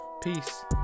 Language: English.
Peace